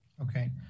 Okay